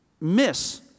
miss